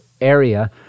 area